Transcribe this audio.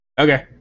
okay